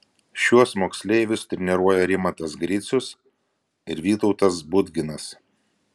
šiuos moksleivius treniruoja rimantas gricius ir vytautas budginas